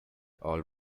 all